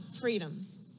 freedoms